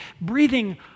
breathing